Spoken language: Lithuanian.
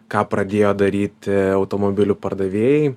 ką pradėjo daryti automobilių pardavėjai